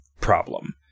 problem